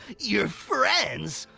your friends?